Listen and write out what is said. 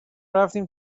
رفتیم